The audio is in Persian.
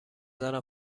دارم